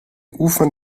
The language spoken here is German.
ufern